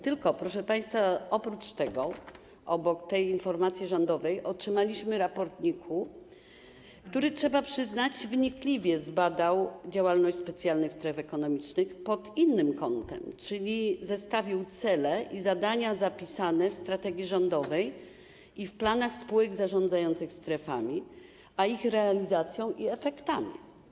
Tylko, proszę państwa, oprócz tego, obok tej informacji rządowej, otrzymaliśmy raport NIK-u, który - trzeba przyznać - wnikliwie zbadał działalność specjalnych stref ekonomicznych pod innym kątem, czyli zestawił cele i zadania zapisane w strategii rządowej i w planach spółek zarządzających z ich realizacją i efektami.